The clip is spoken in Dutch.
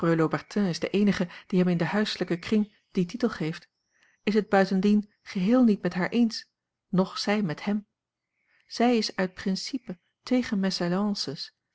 de eenige die hem in den huislijken kring dien titel geeft is het buitendien geheel niet met haar eens noch zij met hem zij is uit principe tegen